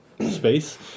space